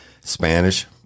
Spanish